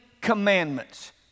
commandments